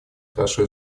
хорошо